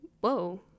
whoa